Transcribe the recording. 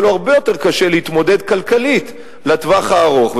יהיה לו הרבה יותר קשה להתמודד כלכלית לטווח הארוך.